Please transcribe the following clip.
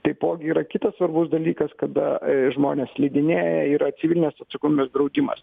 taipogi yra kitas svarbus dalykas kada žmonės slidinėja yra civilinės atsakomybės draudimas